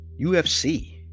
UFC